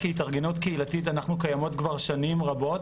כהתארגנות קהילתית אנחנו קיימות כבר שנים רבות.